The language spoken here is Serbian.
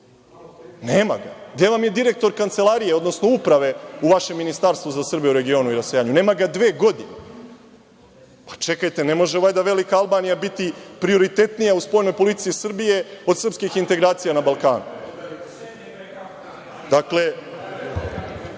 Nema ga. Gde vam je direktor kancelarije, odnosno uprave u vašem ministarstvu za Srbe u regionu i rasejanju? Nema ga dve godine. Čekajte, ne može valjda velika Albanija biti prioritetnija u spoljnoj politici Srbije od srpskih integracija na Balkanu?(Narodni